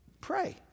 Pray